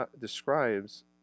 describes